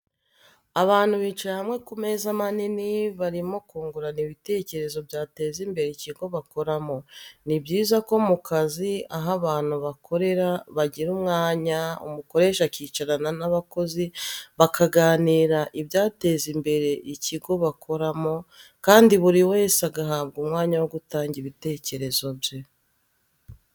Abantu bicaye hamwe ku meza manini barimo kungurana ibitekerezo byateza imbere ikigo bakoramo. Ni byiza ko mu kazi aho abantu bakorera bagira umwanya umukoresha akicarana n'abakozi bakaganira ibyateza imbere ikigo bakoramo kandi buri wese agahabwa umwanya wo gutanga ibitekerezo bye.